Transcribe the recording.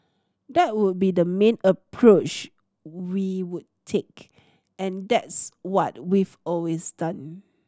that would be the main approach we would take and that's what we've always done